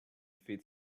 feed